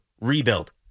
rebuild